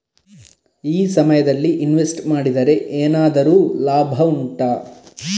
ಈ ಸಮಯದಲ್ಲಿ ಇನ್ವೆಸ್ಟ್ ಮಾಡಿದರೆ ಏನಾದರೂ ಲಾಭ ಉಂಟಾ